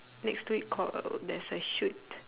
next to it call there's a shoot